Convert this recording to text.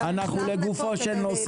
רק אתמול השתתפתי בישיבה על 31 משפחות,